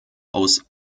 aus